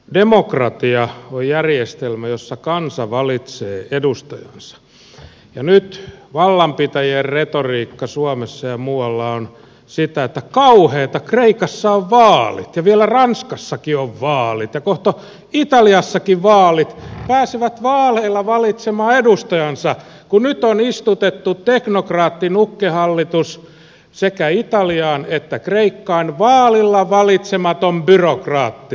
demokratia on järjestelmä jossa kansa valitsee edustajansa ja nyt vallanpitäjien retoriikka suomessa ja muualla on sitä että kauheata kreikassa on vaalit ja vielä ranskassakin on vaalit ja kohta on italiassakin vaalit pääsevät vaaleilla valitsemaan edustajansa kun nyt on istutettu teknokraattinukkehallitus sekä italiaan että kreikkaan vaalilla valitsematon byrokraatti